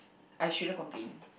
I shouldn't complain